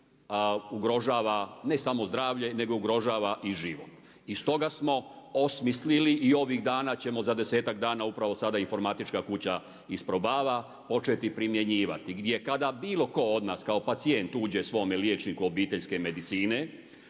ugrožava ne samo zdravlje, nego ugrožava i život. I stoga smo osmislili i ovih dana ćemo za desetak dana upravo sada informatička kuća isprobava početi primjenjivati, gdje kada bilo tko od nas kao pacijent uđe svome liječniku obiteljske medicine,